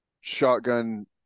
shotgun